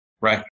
Right